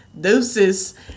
deuces